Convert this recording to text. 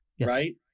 right